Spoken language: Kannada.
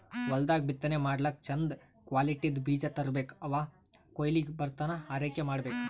ಹೊಲ್ದಾಗ್ ಬಿತ್ತನೆ ಮಾಡ್ಲಾಕ್ಕ್ ಚಂದ್ ಕ್ವಾಲಿಟಿದ್ದ್ ಬೀಜ ತರ್ಬೆಕ್ ಅವ್ ಕೊಯ್ಲಿಗ್ ಬರತನಾ ಆರೈಕೆ ಮಾಡ್ಬೇಕ್